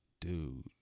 dude